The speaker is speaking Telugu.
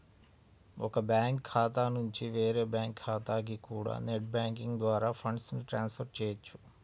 ఒక బ్యాంకు ఖాతా నుంచి వేరే బ్యాంకు ఖాతాకి కూడా నెట్ బ్యాంకింగ్ ద్వారా ఫండ్స్ ని ట్రాన్స్ ఫర్ చెయ్యొచ్చు